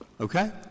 Okay